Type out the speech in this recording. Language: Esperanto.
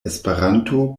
esperanto